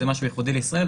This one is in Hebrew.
זה משהו ייחודי לישראל,